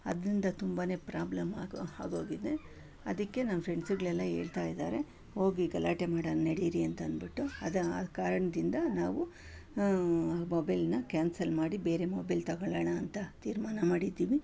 ಅದರಿಂದ ತುಂಬನೇ ಪ್ರಾಬ್ಲಮ್ಮಾಗೋ ಆಗೋಗಿದೆ ಅದಕ್ಕೆ ನನ್ನ ಫ್ರೆಂಡ್ಸುಗಳೆಲ್ಲ ಹೇಳ್ತಾಯಿದ್ದಾರೆ ಹೋಗಿ ಗಲಾಟೆ ಮಾಡೋಣ ನಡೀರಿ ಅಂತಂದ್ಬಿಟ್ಟು ಅದೇ ಆ ಕಾರಣದಿಂದ ನಾವು ಮೊಬೈಲ್ನ ಕ್ಯಾನ್ಸಲ್ ಮಾಡಿ ಬೇರೆ ಮೊಬೈಲ್ ತೊಗೊಳ್ಳೋಣ ಅಂತ ತೀರ್ಮಾನ ಮಾಡಿದ್ದೀವಿ